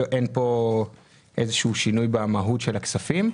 אין כאן איזשהו שינוי במהות של הכספים.